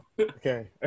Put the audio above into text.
Okay